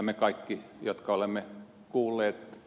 me kaikki jotka olemme kuulleet ed